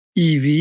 EV